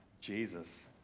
Jesus